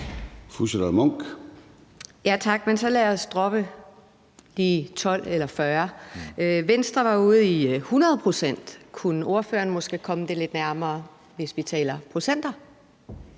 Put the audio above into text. Charlotte Munch (DD): Tak. Men så lad os droppe det med de 12 eller 40. Venstre var ude i noget med 100 pct. Kunne ordføreren måske komme det lidt nærmere, hvis vi taler procenter?